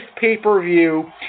pay-per-view